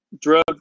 Drug